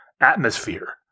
atmosphere